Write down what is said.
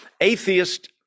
atheist